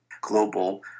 global